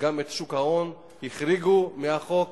וגם את שוק ההון החריגו מהחוק.